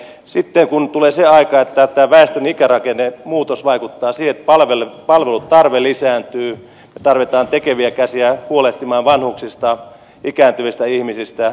sitten kun tulee se aika että tämä väestön ikärakennemuutos vaikuttaa siihen että palvelutarve lisääntyy me tarvitsemme tekeviä käsiä huolehtimaan vanhuksista ikääntyvistä ihmisistä